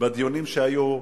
בדיונים שהיו,